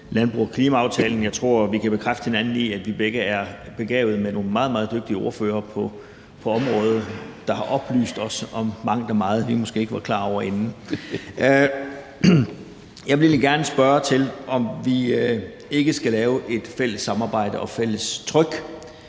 landbrugs- og klimaaftalen, og jeg tror, at vi kan bekræfte hinanden i, at vi begge er begavet med nogle meget, meget dygtige ordførere på området, der har oplyst os om mangt og meget, vi måske ikke var klar over inden. Jeg vil gerne spørge til, om vi ikke skal lave et samarbejde og et fælles tryk